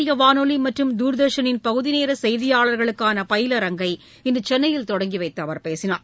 இந்தியவானொலிமற்றும் தூர்தர்ஷனின் பகுதிநேரசெய்தியாளர்களுக்கானபயிலரங்கை அகில இன்றுசென்னயில் தொடங்கிவைத்துஅவர் பேசினார்